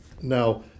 Now